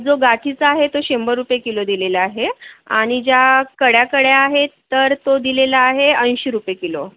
जो गाठीचा आहे तो शंभर रुपये किलो दिलेला आहे आणि ज्या कळ्या कळ्या आहेत तर तो दिलेला आहे ऐंशी रुपये किलो